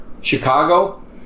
Chicago